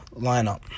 lineup